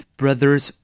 brothers